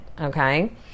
okay